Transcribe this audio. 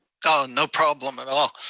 oh, no problem at all.